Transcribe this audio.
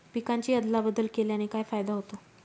पिकांची अदला बदल केल्याने काय फायदा होतो?